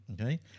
okay